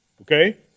Okay